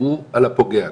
הוא על הפוגע.